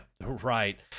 right